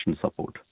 support